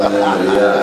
מנהל מליאה,